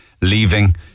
leaving